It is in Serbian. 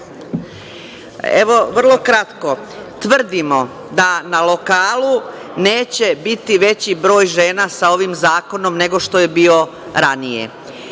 Vrlo kratko. Tvrdimo da na lokalu neće biti veći broj žena sa ovim zakonom nego što je bio ranije.